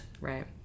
Right